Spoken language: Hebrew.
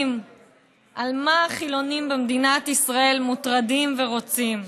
ממה חילונים במדינת ישראל מוטרדים ומה הם רוצים: